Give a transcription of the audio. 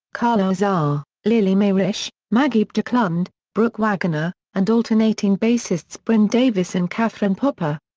carla azar, lillie mae rische, maggie bjorklund, brooke waggoner, and alternating bassists bryn davies and catherine popper.